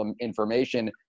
information